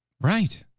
Right